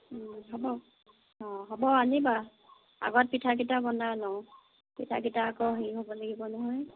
হ'ব অ' আনিবা আগত পিঠাকেইটা বনাই লওঁ পিঠাকেইটা আকৌ হেৰি হ'ব লাগিব নহয়